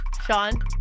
Sean